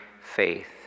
faith